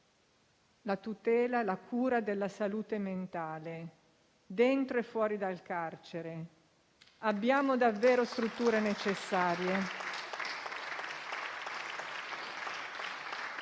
la tutela e la cura della salute mentale dentro e fuori dal carcere. Abbiamo davvero strutture necessarie?